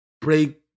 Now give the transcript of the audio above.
break